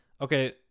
okay